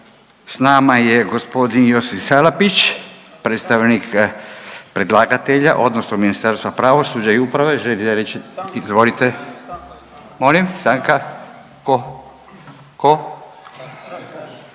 S nama je gospodin Josip Salapić, predstavnik predlagatelja odnosno Ministarstva pravosuđa i uprave.